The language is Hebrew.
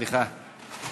סליחה.